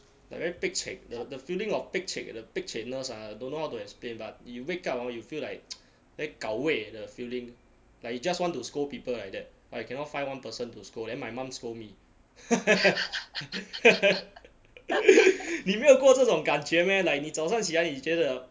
like very pek cek the the feeling of pek cek the pek cek-ness ah don't know how to explain but you wake up orh you feel like very gao wei the feeling like you just want to scold people like that but you cannot find one person to scold then my mum scold me 你没有过这种感觉 meh like 你早上起来你觉得